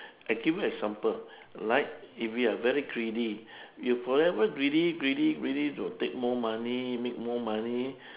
I give you example like if we are very greedy you forever greedy greedy greedy you take more money make more money